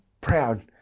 proud